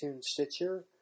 Stitcher